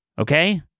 Okay